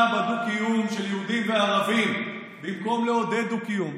בדו-קיום של יהודים וערבים במקום לעודד דו-קיום,